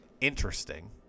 interesting